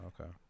Okay